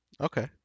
Okay